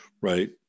Right